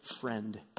friend